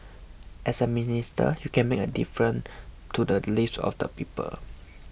as a minister you can make a difference to the lives of the people